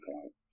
point